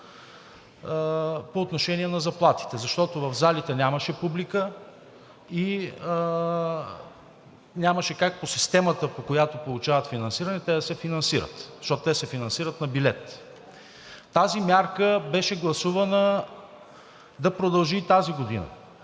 по отношение на заплатите, защото в залите нямаше публика и нямаше как по системата, по която получават финансиране, те да се финансират, защото те се финансират на билет. Тази мярка беше гласувана да продължи и тази година.